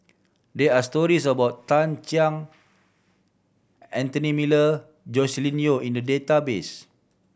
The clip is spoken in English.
there are stories about Tan Sang Anthony Miller Joscelin Yeo in the database